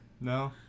No